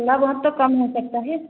थोड़ा बहुत तो कम हो सकता है